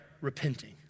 repenting